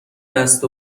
دست